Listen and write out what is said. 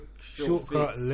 shortcut